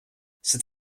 c’est